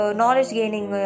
knowledge-gaining